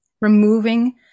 removing